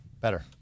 Better